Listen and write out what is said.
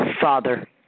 Father